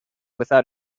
without